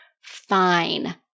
Fine